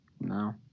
No